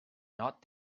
not